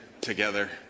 together